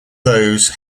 those